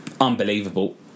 Unbelievable